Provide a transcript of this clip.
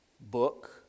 book